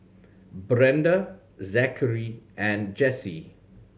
Brenda Zakary and Jessye